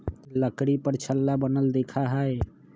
लकड़ी पर छल्ला बनल दिखा हई